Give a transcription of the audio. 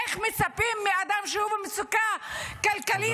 איך מצפים מאדם שהוא במצוקה כלכלית,